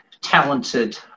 talented